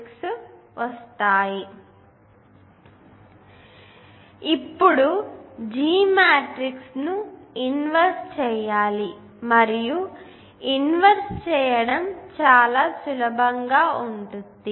కాబట్టి ఇప్పుడు G matrix ను ఇన్వర్స్ చేయాలి మరియు ఇన్వర్స్ చేయడం చాలా సులభంగా ఉంటుంది